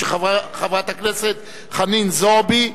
של חברת הכנסת חנין זועבי,